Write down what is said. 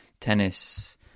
Tennis